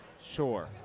Sure